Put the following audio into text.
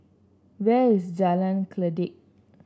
where is Jalan Kledek